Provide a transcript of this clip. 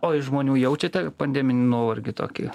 o iš žmonių jaučiate pandeminį nuovargį tokį